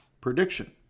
prediction